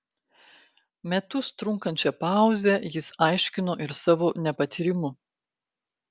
metus trunkančią pauzę jis aiškino ir savo nepatyrimu